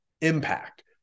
impact